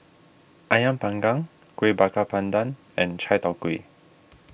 Ayam Panggang Kuih Bakar Pandan and Chai Tow Kuay